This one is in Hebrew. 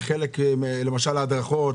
למשל להדרכות?